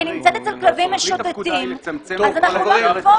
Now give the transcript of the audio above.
נמצאת אצל כלבים משוטטים -- זו לא תכלית החוק.